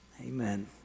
amen